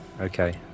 Okay